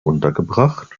untergebracht